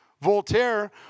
Voltaire